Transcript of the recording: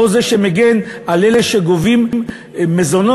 או זה מגן על אלה שגובים מזונות,